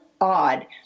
odd